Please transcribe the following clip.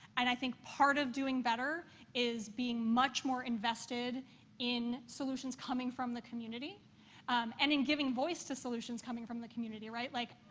and i think part of doing better is being much more invested in solutions coming from the community and in giving voice to solutions coming from the community, right? like,